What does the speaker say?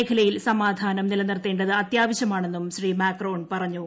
മേഖലയിൽ സമാധാനം നിലനിർത്തേണ്ടത് അത്യാവശ്യമാണെന്നും ശ്രീ മക്രോൺ പറഞ്ഞു